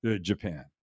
Japan